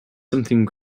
something